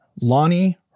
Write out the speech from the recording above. Lonnie